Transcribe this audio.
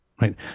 Right